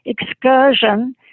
excursion